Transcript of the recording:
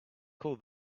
call